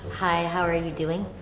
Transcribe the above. hi, how are you doing?